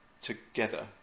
together